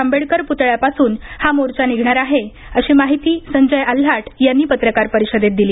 आंबेडकर पुतळ्यापासून हा मोर्चा निघणार आहे अशी माहिती संजय आल्हाट यांनी पत्रकार परिषदेत दिली